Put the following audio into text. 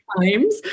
times